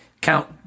Count